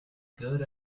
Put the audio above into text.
good